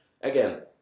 again